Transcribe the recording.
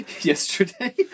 yesterday